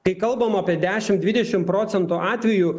kai kalbam apie dešimt dvidešimt procentų atvejų